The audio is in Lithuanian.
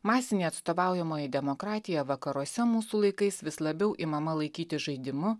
masinė atstovaujamoji demokratija vakaruose mūsų laikais vis labiau imama laikyti žaidimu